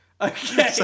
Okay